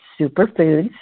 Superfoods